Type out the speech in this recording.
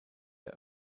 der